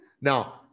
Now